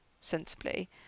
sensibly